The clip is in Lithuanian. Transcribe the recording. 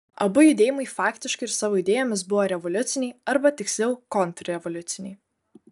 abu judėjimai faktiškai ir savo idėjomis buvo revoliuciniai arba tiksliau kontrrevoliuciniai